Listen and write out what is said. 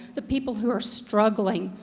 the people who are struggling.